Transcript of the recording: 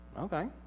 Okay